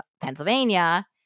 Pennsylvania